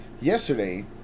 yesterday